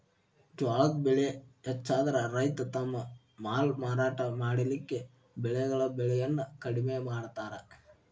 ಜ್ವಾಳದ್ ಬೆಳೆ ಹೆಚ್ಚಾದ್ರ ರೈತ ತಮ್ಮ ಮಾಲ್ ಮಾರಾಟ ಮಾಡಲಿಕ್ಕೆ ಬೆಳೆಗಳ ಬೆಲೆಯನ್ನು ಕಡಿಮೆ ಮಾಡತಾರ್